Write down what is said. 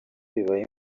bibaye